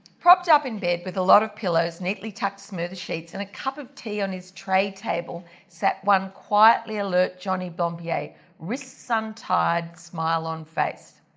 propped up in bed with a lot of pillows, neatly tucked smooth sheets, and a cup of tea on his tray table, sat one quietly alert jhonnie blampied, wrists ah untied, smile on face.